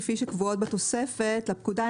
כפי שהן קבועות בתוספת לפקודה,